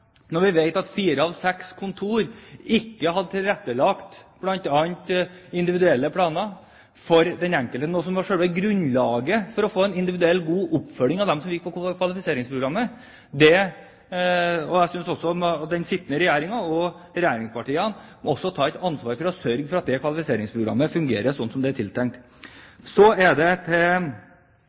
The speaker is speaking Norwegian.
når vi vet at fire av seks kontorer ikke hadde tilrettelagt bl.a. for individuelle planer for den enkelte, noe som var selve grunnlaget for å få en individuell og god oppfølging av dem som deltok i kvalifiseringsprogrammet. Jeg synes den sittende regjering og regjeringspartiene må ta ansvar og sørge for at kvalifiseringsprogrammet fungerer slik det er tiltenkt. Så